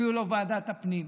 אפילו לא ועדת הפנים,